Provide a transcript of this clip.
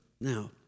Now